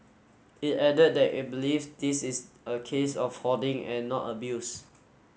it added that it believes this is a case of hoarding and not abuse